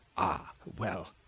ah well,